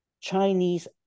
Chinese